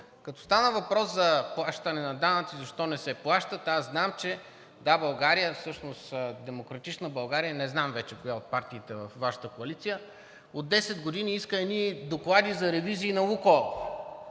като стана въпрос за плащане на данъци – защо не се плащат, аз знам, че „Да, България“, всъщност „Демократична България“ – не знам вече коя от партиите във Вашата коалиция, от 10 години иска едни доклади за ревизии на „Лукойл“,